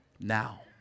now